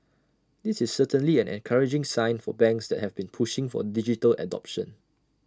this is certainly an encouraging sign for banks that have been pushing for digital adoption